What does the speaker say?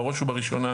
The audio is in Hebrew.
בראש ובראשונה,